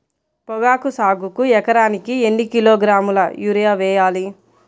పొగాకు సాగుకు ఎకరానికి ఎన్ని కిలోగ్రాముల యూరియా వేయాలి?